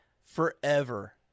Forever